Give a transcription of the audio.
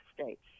states